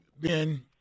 Ben